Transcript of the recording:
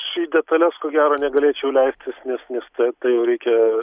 aš į detales ko gero negalėčiau leistis nes nes tai tai jau reikia